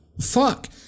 fuck